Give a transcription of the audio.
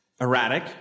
erratic